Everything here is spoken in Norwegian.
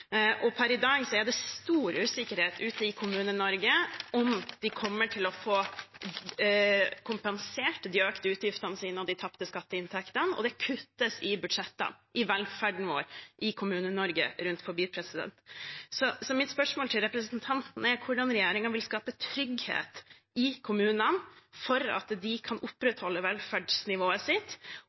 Per i dag er det stor usikkerhet ute i Kommune-Norge om de kommer til å få kompensert de økte utgiftene sine og de tapte skatteinntektene, og det kuttes i budsjettene, i velferden vår rundt omkring i Kommune-Norge. Så mitt spørsmål til representanten er hvordan regjeringen vil skape trygghet i kommunene for at de kan opprettholde velferdsnivået sitt,